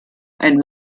ein